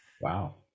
Wow